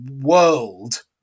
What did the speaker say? world